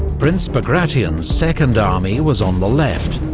prince bagration's second army was on the left,